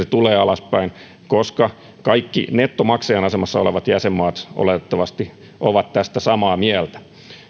tulee alaspäin koska kaikki nettomaksajan asemassa olevat jäsenmaat oletettavasti ovat tästä samaa mieltä